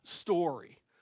story